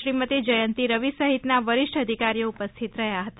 શ્રીમતી જયંતિ રવિ સહિતના વરિષ્ઠ અધિકારીઓ ઉપસ્થિત રહ્યા હતા